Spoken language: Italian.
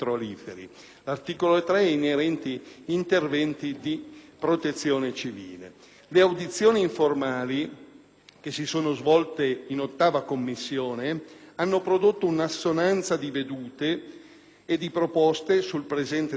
Le audizioni informali che si sono svolte in 8a Commissione hanno prodotto un'assonanza di vedute e di proposte sul presente decreto-legge da parte dei vari soggetti interessati, sindacati ed imprenditori,